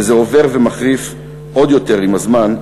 וזה עובר ומחריף עוד יותר עם הזמן,